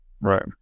Right